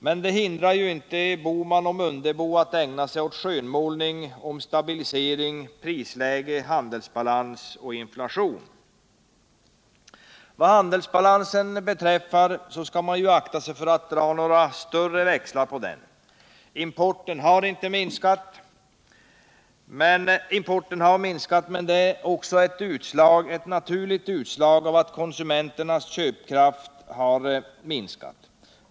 Men det hindrar inte Gösta Bohman och Ingemar Mundebo att ägna sig åt skönmålning om stabilisering av prisläge och handelsbalans och minskad inflation. Vad handelsbalansen beträffar skall man akta sig noga för att dra några större växlar på den. Importen har minskat, men det är ett naturligt utslag av att konsumenternas köpkraft har minskat.